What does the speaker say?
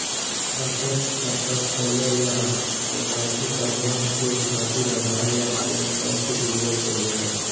बचत खाता खोले ला के.वाइ.सी प्रमाण के खातिर आधार आ पैन कार्ड के जरुरत होबो हइ